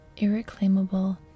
irreclaimable